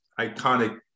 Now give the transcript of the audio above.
iconic